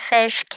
Fish